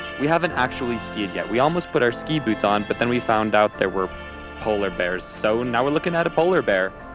we haven't actually skied yet, we almost put our ski boots on but then we found out there were polar bears so now we're lookin' at a polar bear.